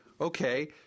okay